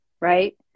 right